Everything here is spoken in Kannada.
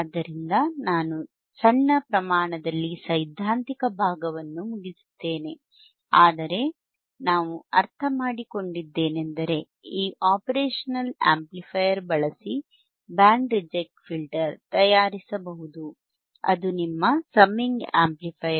ಆದ್ದರಿಂದ ನಾನು ಸಣ್ಣ ಪ್ರಮಾಣದಲ್ಲಿ ಸೈದ್ಧಾಂತಿಕ ಭಾಗವನ್ನು ಮುಗಿಸಿದ್ದೇನೆ ಆದರೆ ನಾವು ಅರ್ಥಮಾಡಿಕೊಂಡದ್ದೇನೆಂದರೆ ಈ ಆಪರೇಷನಲ್ ಆಂಪ್ಲಿಫೈಯರ್ ಬಳಸಿ ಬ್ಯಾಂಡ್ ರಿಜೆಕ್ಟ್ ಫಿಲ್ಟರ್ ತಯಾರಿಸಬಹುದು ಅದು ನಿಮ್ಮ ಸಮ್ಮಿಂಗ್ ಆಂಪ್ಲಿಫೈಯರ್